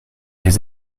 les